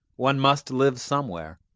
one must live somewhere.